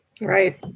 Right